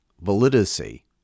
validity